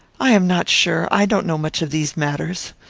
i am not sure. i don't know much of these matters.